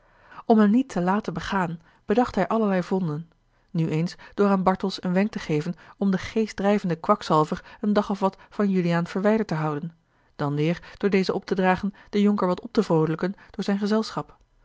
om hem niet te laten begaan bedacht hij allerlei vonden nu eens door aan bartels een wenk te geven om den geestdrijvenden kwakzalver een dag of wat van juliaan verwijderd te houden dan weêr door dezen op te dragen den jonker wat op te vroolijken door zijn gezelschap